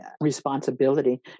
responsibility